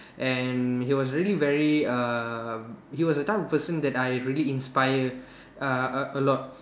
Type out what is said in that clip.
and he was really very uh he was the type of person that I really inspire uh a a lot